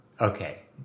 Okay